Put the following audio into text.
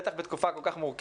בטח בתקופה כל כך מורכבת.